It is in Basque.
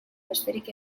besterik